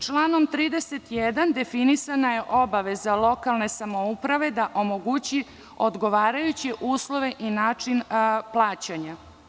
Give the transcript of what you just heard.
Članom 31. definisana je obaveza lokalne samouprave da omogući odgovarajuće uslove i način plaćanja.